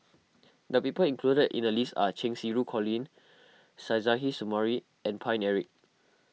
the people included in the list are Cheng Xinru Colin Suzairhe Sumari and Paine Eric